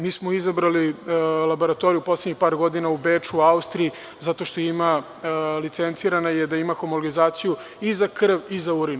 Mi smo izabrali laboratoriju u poslednjih par godina u Beču, u Austriji, zato što je licencirana da ima homogenizaciju i za krv i za urin.